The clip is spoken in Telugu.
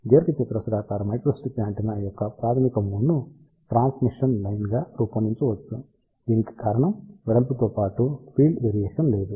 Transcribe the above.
దీర్ఘచతురస్రాకార మైక్రోస్ట్రిప్ యాంటెన్నా యొక్క ప్రాథమిక మోడ్ను ట్రాన్స్మిషన్ లైన్ గా రూపొందించవచ్చు దీనికి కారణం వెడల్పుతో పాటు ఫీల్డ్ వెరీయేషన్ లేదు